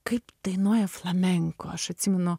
kaip dainuoja flamenko aš atsimenu